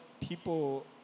people